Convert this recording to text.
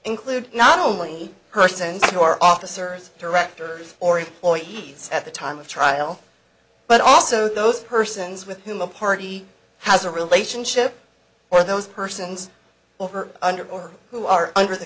include not only persons who are officers directors or employees at the time of trial but also those persons with whom a party has a relationship or those persons over under or who are under the